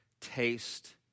taste